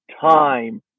time